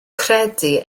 credu